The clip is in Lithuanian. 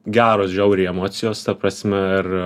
geros žiauriai emocijos ta prasme ir